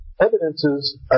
evidences